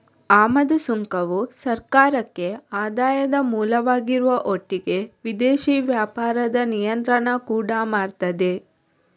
ಆಮದು ಸುಂಕವು ಸರ್ಕಾರಕ್ಕೆ ಆದಾಯದ ಮೂಲವಾಗಿರುವುದರ ಒಟ್ಟಿಗೆ ವಿದೇಶಿ ವ್ಯಾಪಾರದ ನಿಯಂತ್ರಣ ಕೂಡಾ ಮಾಡ್ತದೆ